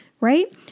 right